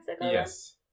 Yes